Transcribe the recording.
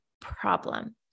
problem